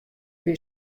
wie